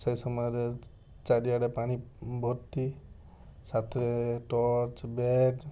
ସେ ସମୟରେ ଚାରିଆଡ଼େ ପାଣି ଭର୍ତ୍ତି ସାଥିରେ ଟର୍ଚ୍ଚ ବ୍ୟାଗ୍